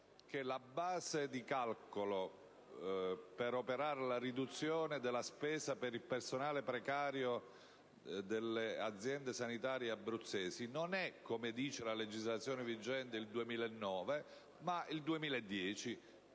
la base di calcolo per operare la riduzione della spesa per il personale precario delle aziende sanitarie abruzzesi non è, come dice la legislazione vigente, il 2009 ma il 2010.